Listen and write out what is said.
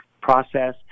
process